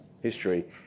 history